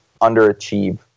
underachieve